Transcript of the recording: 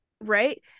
right